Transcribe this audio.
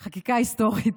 זו חקיקה היסטורית.